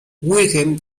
wilhelm